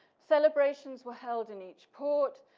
celebrations were held in each port.